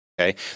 okay